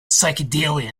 psychedelia